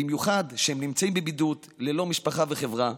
במיוחד כאשר הם נמצאים בבידוד ללא משפחה וחברה.